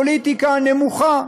פוליטיקה נמוכה.